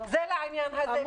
זה לעניין הזה.